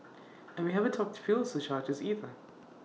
and we haven't talked fuel surcharges either